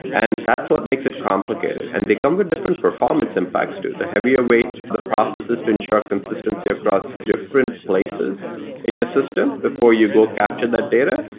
and that's what makes it complicated, and they come with different performance impacts too. the heavier weight the process is to ensure consistency across different places in your system before you go capture that data,